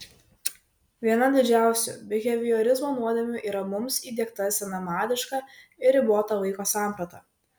viena didžiausių biheviorizmo nuodėmių yra mums įdiegta senamadiška ir ribota vaiko samprata